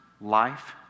life